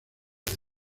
del